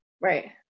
Right